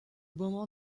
moment